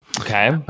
Okay